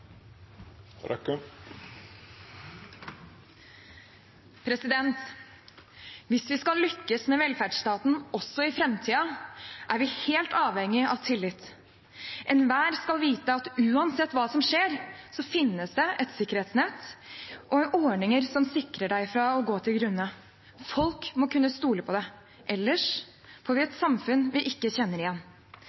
Hvis vi skal lykkes med velferdsstaten også i framtiden, er vi helt avhengige av tillit. Enhver skal vite at uansett hva som skjer, finnes det et sikkerhetsnett og ordninger som sikrer en mot å gå til grunne. Folk må kunne stole på det. Ellers får vi et samfunn vi ikke kjenner igjen.